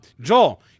Joel